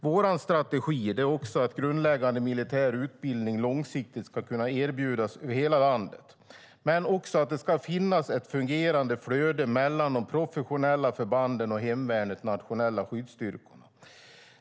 Vår strategi är att grundläggande militär utbildning långsiktigt ska kunna erbjudas över hela landet men också att det ska finnas ett fungerande flöde mellan de professionella förbanden och hemvärnets nationella skyddsstyrkor.